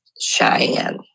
Cheyenne